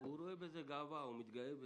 הוא רואה בזה גאווה, הוא מתגאה בזה.